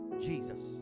Jesus